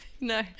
no